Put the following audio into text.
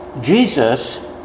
Jesus